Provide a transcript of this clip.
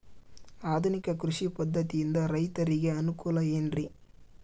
ಆಧುನಿಕ ಕೃಷಿ ಪದ್ಧತಿಯಿಂದ ರೈತರಿಗೆ ಅನುಕೂಲ ಏನ್ರಿ?